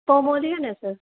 पमोलियन है सर